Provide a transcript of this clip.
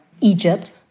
Egypt